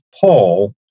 Paul